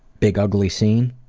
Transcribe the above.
big ugly scene.